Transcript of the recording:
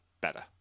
better